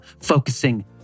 focusing